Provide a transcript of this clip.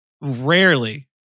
Rarely